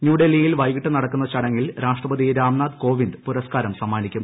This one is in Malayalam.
ന്യൂഡൽഹിയിൽ വൈകിട്ട് നടക്കുന്ന ചടങ്ങിൽ രാഷ്ട്രപതി രാംനാഥ് കോവിന്ദ് പുരസ്കാരം സമ്മാനിക്കും